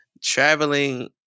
traveling